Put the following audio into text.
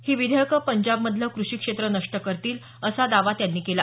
ही विधेयकं पंजाबमधलं कृषी क्षेत्र नष्ट करतील असा दावा त्यांनी केला